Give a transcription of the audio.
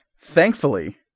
thankfully